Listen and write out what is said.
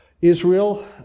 Israel